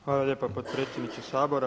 Hvala lijepa potpredsjedniče Sabora.